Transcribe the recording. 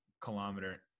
kilometer